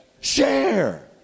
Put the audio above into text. Share